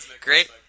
great